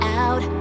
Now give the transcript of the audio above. out